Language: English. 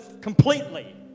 completely